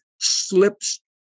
slips